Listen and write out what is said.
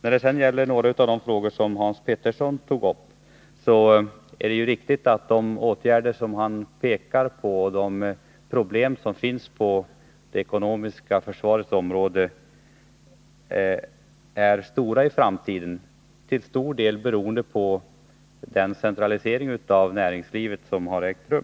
När det sedan gäller några av de frågor som Hans Petersson i Hallstaham mar tog upp och de åtgärder han pekade på, så är det riktigt att problemen på Nr 45 det ekonomiska försvarets område blir stora i framtiden, till stor del Onsdagen den beroende på den centralisering av näringslivet som har ägt rum.